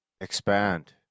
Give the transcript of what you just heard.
expand